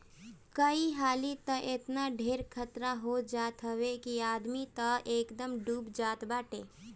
कई हाली तअ एतना ढेर खतरा हो जात हअ कि आदमी तअ एकदमे डूब जात बाटे